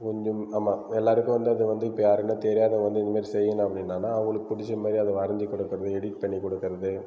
கொஞ்சம் ஆமாம் எல்லாருக்கும் வந்து அது வந்து இப்போ யாருன்னால் தெரியாதவங்க வந்து இந்த மாதிரி செய்யணும் அப்படின்னா அவங்களுக்கு புடித்த மாதிரி அதை வரைஞ்சி கொடுக்குறது எடிட் பண்ணி கொடுக்குறது